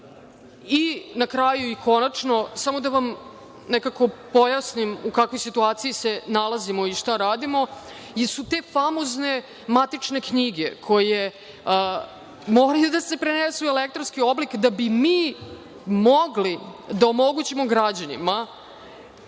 kraju i konačno, samo da vam nekako pojasnim u kakvoj situaciji se nalazimo i šta radimo. Te famozne matične knjige koje moraju da se prenesu u elektronski oblik da bi mi mogli da omogućimo građanima